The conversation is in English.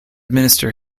minister